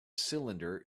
cylinder